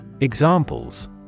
Examples